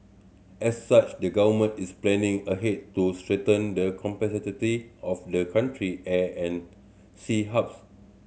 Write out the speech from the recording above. as such the Government is planning ahead to strengthen the of the country air and sea hubs